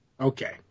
Okay